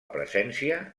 presència